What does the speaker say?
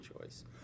choice